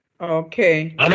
Okay